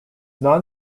non